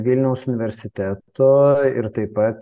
vilniaus universiteto ir taip pat